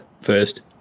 first